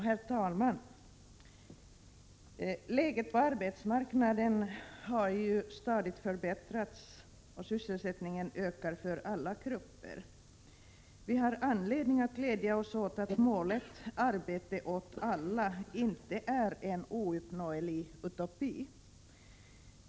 Herr talman! Läget på arbetsmarknaden har stadigt förbättrats och sysselsättningen ökar för alla grupper. Vi har anledning att glädja oss åt att målet ”Arbete åt alla” inte är en ouppnåelig utopi.